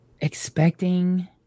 expecting